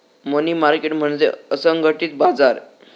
मनी market म्हणजे असंघटित बाजार